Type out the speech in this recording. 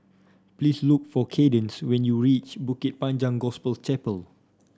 please look for Cadence when you reach Bukit Panjang Gospel Chapel